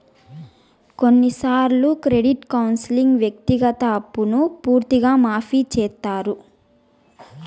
కొన్నిసార్లు క్రెడిట్ కౌన్సిలింగ్లో వ్యక్తిగత అప్పును పూర్తిగా మాఫీ చేత్తారు